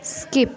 skip